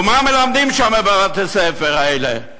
ומה מלמדים שם, בבתי-הספר האלה?